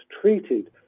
treated